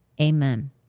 Amen